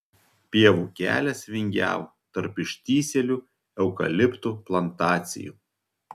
pievų kelias vingiavo tarp ištįsėlių eukaliptų plantacijų